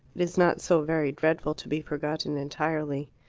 it is not so very dreadful to be forgotten entirely.